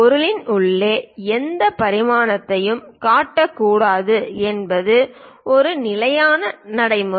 பொருளின் உள்ளே எந்த பரிமாணத்தையும் காட்டக்கூடாது என்பது ஒரு நிலையான நடைமுறை